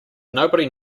nobody